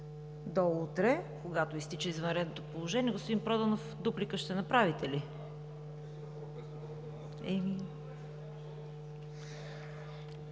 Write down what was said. до утре, когато изтича извънредното положение. Господин Проданов, дуплика ще направите ли?